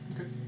Okay